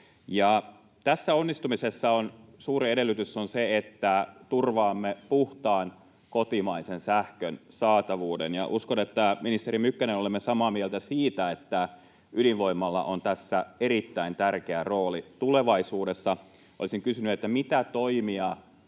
Tässä onnistumisessa suuri edellytys on se, että turvaamme puhtaan kotimaisen sähkön saatavuuden. Uskon, ministeri Mykkänen, että olemme samaa mieltä siitä, että ydinvoimalla on tässä erittäin tärkeä rooli tulevaisuudessa. Olisin kysynyt: mitä toimia